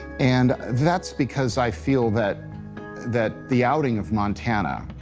and that's because i feel that that the outing of montana